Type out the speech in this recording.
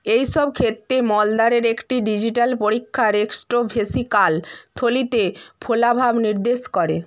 এই সব ক্ষেত্রে মলদ্বারের একটি ডিজিটাল পরীক্ষা রেক্টোভেসিক্যাল থলিতে ফোলাভাব নির্দেশ করে